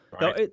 No